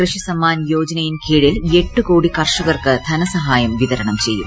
കൃഷി സമ്മാൻ യോജനയിൻ കീഴിൽ എട്ട് കോടി കർഷകർക്ക് ധനസഹായം വിതരണം ചെയ്യും